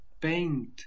paint